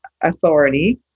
authority